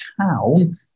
town